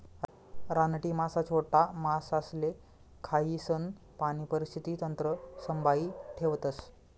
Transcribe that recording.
रानटी मासा छोटा मासासले खायीसन पाणी परिस्थिती तंत्र संभाई ठेवतस